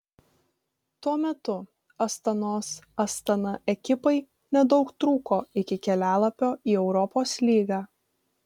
tuo metu astanos astana ekipai nedaug trūko iki kelialapio į europos lygą